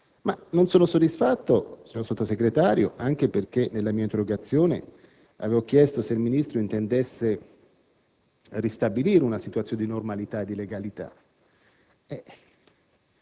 Non sono soddisfatto, signor Sottosegretario, anche perché nella mia interrogazione avevo chiesto se il Ministro intendesse ristabilire una situazione di normalità e di legalità.